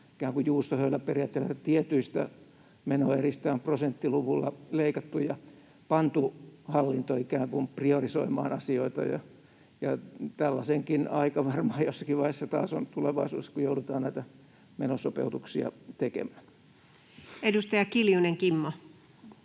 juustohöyläperiaatteella, tietyistä menoeristä on prosenttiluvulla leikattu ja pantu hallinto ikään kuin priorisoimaan asioita, ja tällaisenkin aika varmaan jossakin vaiheessa taas on tulevaisuudessa, kun joudutaan näitä menosopeutuksia tekemään. [Speech 463]